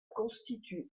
constitue